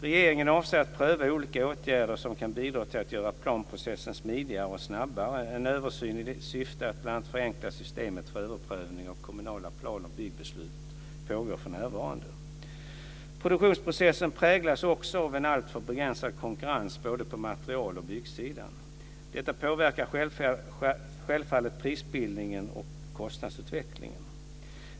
Regeringen avser att pröva olika åtgärder som kan bidra till att göra planprocessen smidigare och snabbare. En översyn i syfte att bl.a. förenkla systemet för överprövning av kommunala plan och byggbeslut pågår därför. Produktionsprocessen präglas också av en alltför begränsad konkurrens både på material och på byggsidan. Detta påverkar självfallet prisbildningen och kostnadsutvecklingen.